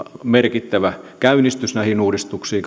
merkittävä käynnistys näihin uudistuksiin